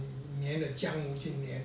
粘的江去粘